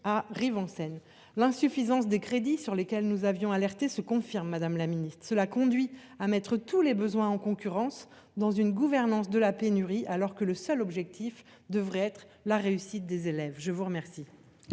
en scène l'insuffisance des crédits sur lesquels nous avions alerté se confirme, Madame la Ministre cela conduit à mettre tous les besoins en concurrence dans une gouvernance de la pénurie alors que le seul objectif devrait être la réussite des élèves. Je vous remercie.